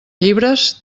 llibres